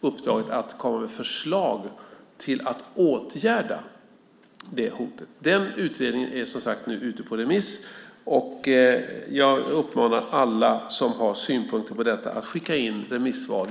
uppdraget att komma med förslag till att åtgärda det hotet. Den utredningen är som sagt ute på remiss. Jag uppmanar alla som har synpunkter på den att skicka in remissvar.